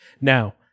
Now